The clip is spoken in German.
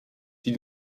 die